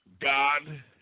God